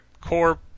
core